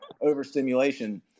overstimulation